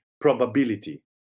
probability